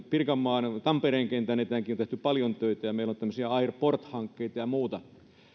pirkanmaan tampereen kentän eteenkin on tehty paljon töitä ja meillä on tämmöinen airrport hanke ja muuta